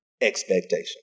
Expectation